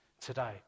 today